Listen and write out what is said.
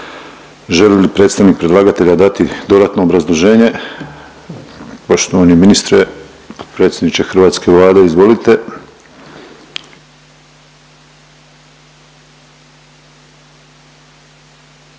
Želi li predstavnik predlagatelja dati dodatno obrazloženje? Poštovani ministre, predsjedniče hrvatske Vlade, izvolite.